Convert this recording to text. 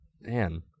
man